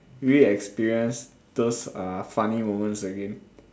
re-experience those ah funny moments again